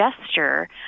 gesture